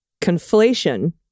conflation